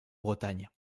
bretagne